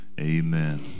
Amen